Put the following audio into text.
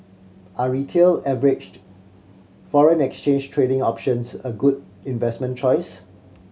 are Retail foreign exchange trading options a good investment choice